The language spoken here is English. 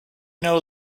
know